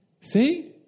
See